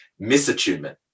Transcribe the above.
misattunement